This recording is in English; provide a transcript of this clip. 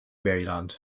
maryland